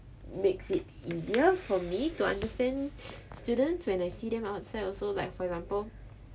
makes it easier for me to understand students when I see them outside also like for example